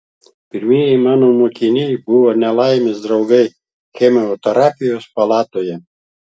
pirmieji mano mokiniai buvo nelaimės draugai chemoterapijos palatoje